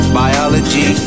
biology